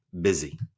busy